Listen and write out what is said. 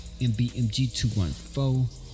MBMG214